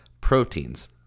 proteins